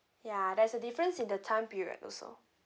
ya there's a difference in the time period also